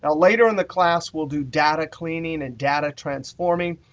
and later in the class we'll do data cleaning and data transforming.